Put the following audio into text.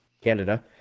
Canada